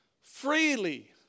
freely